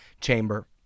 chamber